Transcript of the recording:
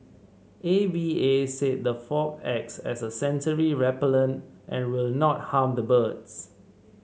A V A said the fog acts as a sensory repellent and will not harm the birds